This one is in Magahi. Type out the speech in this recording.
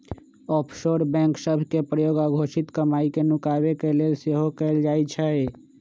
आफशोर बैंक सभ के प्रयोग अघोषित कमाई के नुकाबे के लेल सेहो कएल जाइ छइ